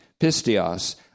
pistios